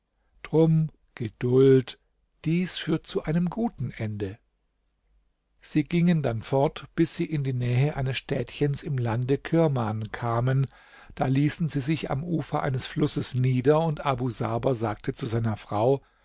drum geduld diese führt zu einem guten ende sie gingen dann fort bis sie in die nähe eines städtchens im lande kirman kamen da ließen sie sich am ufer eines flusses nieder und abu saber sagte zu seiner frau